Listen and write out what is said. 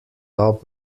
top